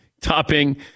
topping